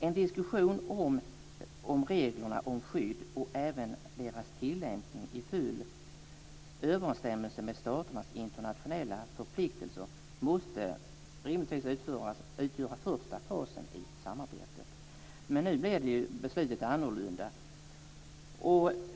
En diskussion om reglerna om skydd och även deras tillämpning i full överensstämmelse med staternas internationella förpliktelser måste rimligtvis utgöra den första fasen i samarbetet. Men nu blev beslutet annorlunda.